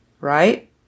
right